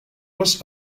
les